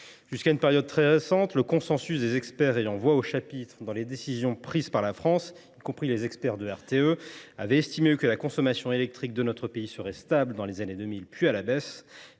Jusqu’à une période très récente, le consensus des experts ayant voix au chapitre pour ce qui est des décisions prises par la France, y compris les experts de RTE, prévoyait que la consommation électrique de notre pays serait stable dans les années 2000 avant